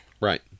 right